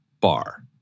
bar